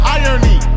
irony